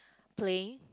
playing